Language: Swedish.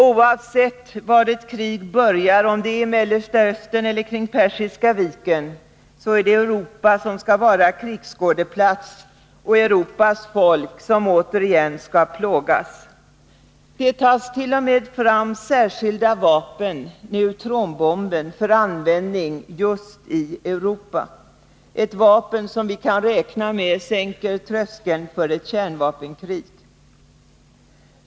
Oavsett var ett krig börjar, i Mellersta Östern eller kring Persiska viken, är det Europa som skall vara krigsskådeplats och Europas folk som skall plågas. fram särskilda vapen, neutronbomben, för användning just i Europa, ett vapen som, det kan vi räkna med, sänker tröskeln för ett kärnvapenkrig.